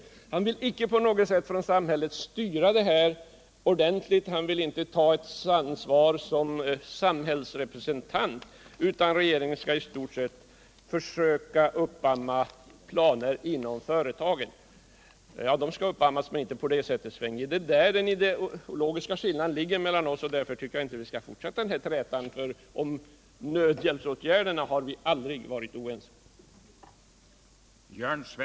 Sven Andersson vill icke på något sätt ha en ordentlig styrning från samhällets sida och han vill inte ta ett ansvar som samhällsrepresentant, utan regeringen skalli stort sett bara försöka uppamma planer inom företagen. Också jag menar att sådana planer skall uppammas, men inte på det sätt som Sven G. Andersson förespråkar. Det är på den punkten den ideologiska skillnaden meltlan oss kommer fram, och därför tycker jag inte att vi skall fortsätta denna träta — för om nödhjälpsåtgärderna har vi aldrig varit oense.